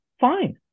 fine